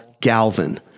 Galvin